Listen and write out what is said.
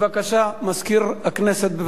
מזכיר הכנסת, בבקשה.